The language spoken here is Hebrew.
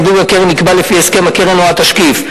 סיווג הקרן נקבע לפי הסכם הקרן או התשקיף.